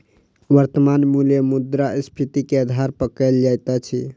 वर्त्तमान मूल्य मुद्रास्फीति के आधार पर कयल जाइत अछि